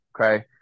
Okay